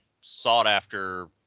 sought-after